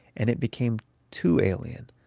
and it became too alien.